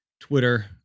Twitter